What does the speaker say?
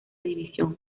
división